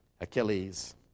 Achilles